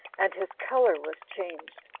and his color was changed.